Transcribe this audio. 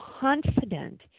confident